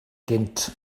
gynt